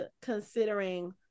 considering